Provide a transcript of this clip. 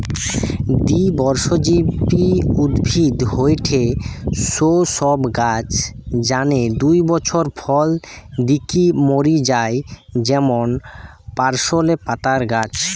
দ্বিবর্ষজীবী উদ্ভিদ হয়ঠে সৌ সব গাছ যানে দুই বছর ফল দিকি মরি যায় যেমন পার্সলে পাতার গাছ